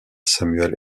samuel